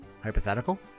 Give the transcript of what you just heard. Hypothetical